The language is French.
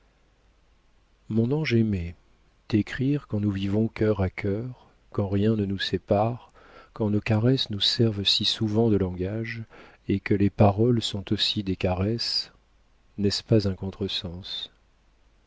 mon ange aimé t'écrire quand nous vivons cœur à cœur quand rien ne nous sépare quand nos caresses nous servent si souvent de langage et que les paroles sont aussi des caresses n'est-ce pas un contre-sens